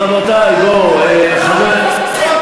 רבותי, בדיוק, בואו, חבר הכנסת,